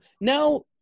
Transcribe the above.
now